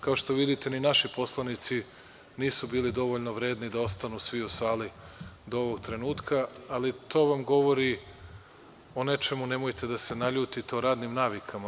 Kao što vidite ni naši poslanici nisu bili dovoljno vredni da ostanu svi u sali do ovog trenutka, ali to vam govori o nečemu, nemojte da se naljutite, o radnim navikama.